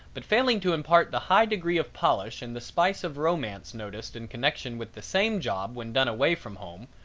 but failing to impart the high degree of polish and the spice of romance noticed in connection with the same job when done away from home,